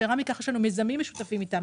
יתרה מכך, יש לנו מיזמים משותפים איתם.